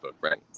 right